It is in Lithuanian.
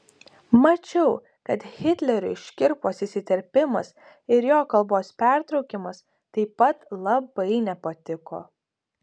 mačiau kad hitleriui škirpos įsiterpimas ir jo kalbos pertraukimas taip pat labai nepatiko